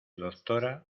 doctora